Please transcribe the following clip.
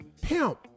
Pimp